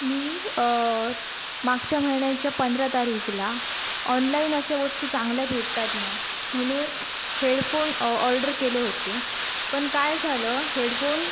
मी मागच्या महिन्याच्या पंधरा तारीखेला ऑनलाईन असा वस्तू चांगल्या भेटतात ना म्हणून हेडफोन ऑर्डर केले होते पण काय झालं हेडफोन